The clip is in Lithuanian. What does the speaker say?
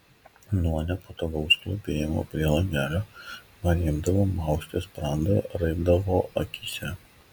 nuo nepatogaus klūpėjimo prie langelio man imdavo mausti sprandą raibdavo akyse